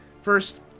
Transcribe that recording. First